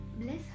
Bless